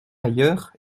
ailleurs